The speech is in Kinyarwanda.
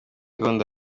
gahunda